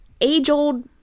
age-old